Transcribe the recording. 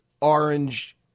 orange